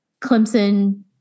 Clemson